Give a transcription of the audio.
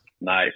Nice